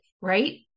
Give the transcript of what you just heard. right